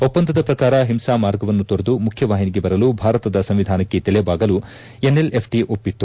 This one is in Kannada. ಒಪ್ಪಂದದ ಪ್ರಕಾರ ಹಿಂಸಾ ಮಾರ್ಗವನ್ನು ತೊರೆದು ಮುಖ್ಚವಾಹಿನಿಗೆ ಬರಲು ಭಾರತದ ಸಂವಿಧಾನಕ್ಕೆ ತರೆಭಾಗಲು ಎನ್ಎಲ್ಎಫ್ಟಿ ಒಪ್ಪಿತ್ತು